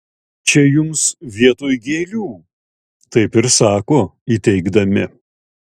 čia jums vietoj gėlių taip ir sako įteikdami